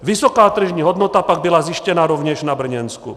Vysoká tržní hodnota pak byla zjištěna rovněž na Brněnsku.